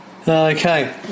Okay